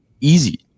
easy